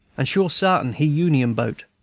and sure sartin he union boat,